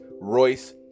Royce